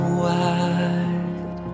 wide